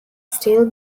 still